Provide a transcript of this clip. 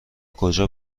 کجا